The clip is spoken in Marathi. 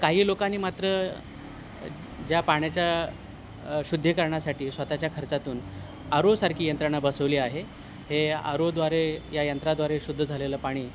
काही लोकांनी मात्र ज्या पाण्याच्या शुद्धीकरणासाठी स्वतःच्या खर्चातून आरोसारखी यंत्रणा बसवली आहे हे आरोद्वारे या यंत्राद्वारे शुद्ध झालेलं पाणी